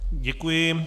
Děkuji.